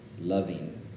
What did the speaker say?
loving